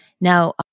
Now